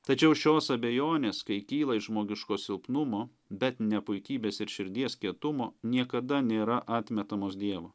tačiau šios abejonės kai kyla iš žmogiško silpnumo bet ne puikybės ir širdies kietumo niekada nėra atmetamos dievo